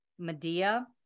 Medea